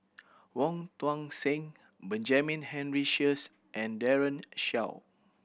Wong Tuang Seng Benjamin Henry Sheares and Daren Shiau